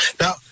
now